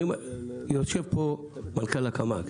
יושב פה מנכ"ל הקמ"ג.